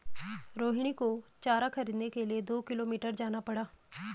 रोहिणी को चारा खरीदने के लिए दो किलोमीटर जाना पड़ा